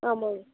ஆமாங்க